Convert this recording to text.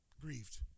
Grieved